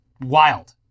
Wild